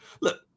Look